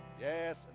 Yes